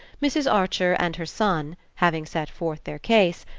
mrs. archer and her son, having set forth their case,